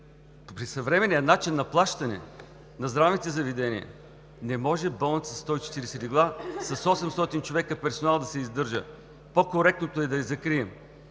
При съвременния начин на плащане на здравните заведения не може болница със 140 легла, с 800 човека персонал да се издържа. По-коректното е да я закрием